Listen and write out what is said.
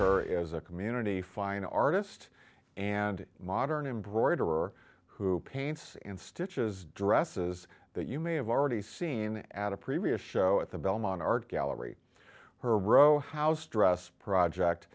there is a community fine artist and modern embroiderer who paints in stitches dresses that you may have already seen at a previous show at the belmont art gallery her rowhouse dress project